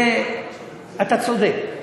אתה צודק,